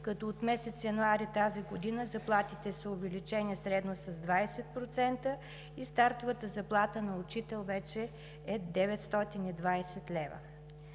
като от месец януари тази година заплатите са увеличени средно с 20% и стартовата заплата на учител вече е 920 лв.